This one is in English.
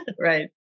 right